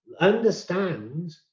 Understand